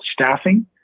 staffing